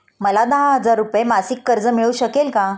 मला दहा हजार रुपये मासिक कर्ज मिळू शकेल का?